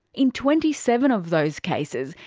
in twenty seven of those cases,